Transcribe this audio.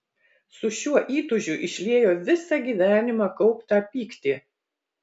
su šiuo įtūžiu išliejo visą gyvenimą kauptą pyktį